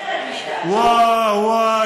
וואי וואי,